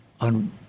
on